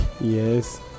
yes